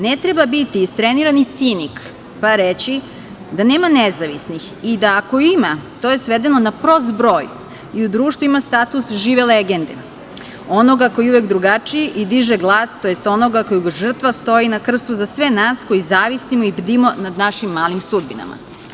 Ne treba biti istrenirani cinik pa reći da nema nezavisnih i da ako ima, to je svedeno na prost broj i u društvu ima status žive legende onoga koji je uvek drugačiji i diže glas, tj. onoga kojeg žrtva stoji na krstu za sve nas koji zavisimo i bdimo nad našim malim sudbinama.